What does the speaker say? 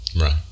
Right